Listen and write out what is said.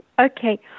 Okay